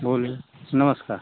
बोलिए नमस्कार